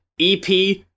EP